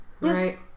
Right